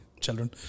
children